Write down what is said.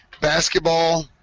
Basketball